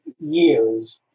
years